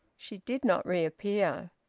she did not reappear.